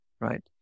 right